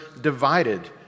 divided